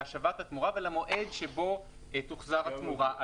להשבת התמורה ולמועד שבו תוחזר התמורה.